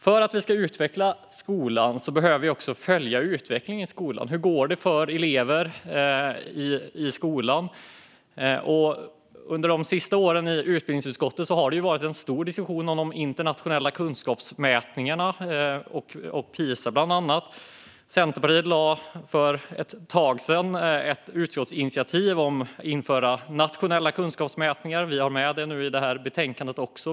För att kunna utveckla skolan behöver vi också följa utvecklingen i skolan. Hur går det för elever i skolan? Under de senaste åren har det i utbildningsutskottet varit en stor diskussion om de internationella kunskapsmätningarna, bland annat Pisa. Centerpartiet lade för ett tag sedan fram ett utskottsinitiativ om att införa nationella kunskapsmätningar. Vi har med detta i det här betänkandet också.